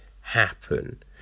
happen